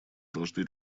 должны